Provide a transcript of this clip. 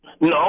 No